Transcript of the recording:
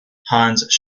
hans